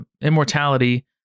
immortality